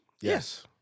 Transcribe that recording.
Yes